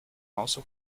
also